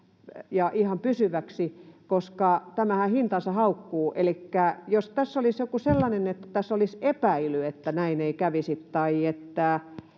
ja ihan pysyväksi, koska tämähän hintansa haukkuu. Elikkä jos tässä olisi joku sellainen, että tässä olisi epäily, että näin ei kävisi tai että